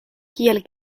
kiel